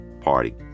party